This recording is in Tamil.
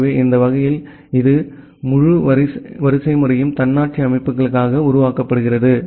எனவே அந்த வகையில் இந்த முழு வரிசைமுறையும் தன்னாட்சி அமைப்புகளுக்காக உருவாக்கப்படுகிறது